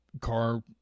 car